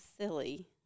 silly